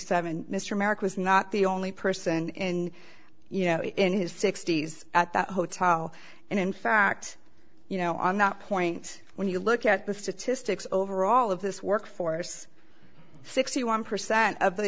seven mr merrick was not the only person in you know in his sixty's at that hotel and in fact you know on that point when you look at the statistics overall of this workforce sixty one percent of the